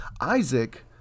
Isaac